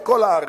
בכל הארץ.